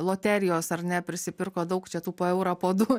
loterijos ar ne prisipirko daug čia tų po eurą po du